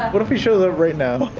what if he shows up right now?